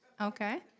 Okay